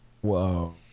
Whoa